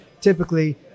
typically